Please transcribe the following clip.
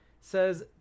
says